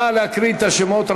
נא להקריא את השמות.